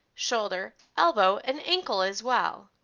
shoulder, elbow, and ankle as well.